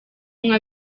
umwe